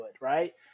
right